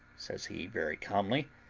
says he, very calmly,